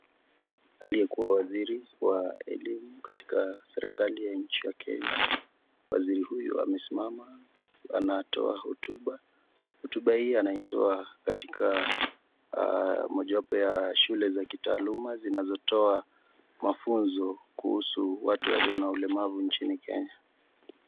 Aliyekua waziri wa elimu katika serikali ya nchi ya Kenya, waziri huyu amesimama anatoa hotuba, hotuba hii anaitoa katika mojawapo ya shule za kitaaluma zinazo toa mafunzo kuhusu watu walio na ulemavu nchini Kenya.